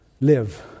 live